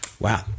Wow